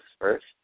first